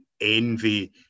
envy